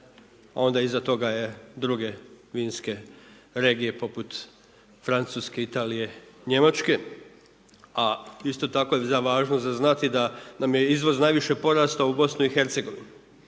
a onda iza toga je druge vinske regije poput Francuske, Italije, Njemačke. A isto tako je važno za znati da nam je izvoz najviše porastao u BiH. I to je važno